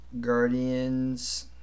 Guardians